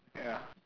ya